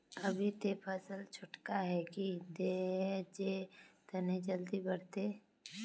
अभी ते फसल छोटका है की दिये जे तने जल्दी बढ़ते?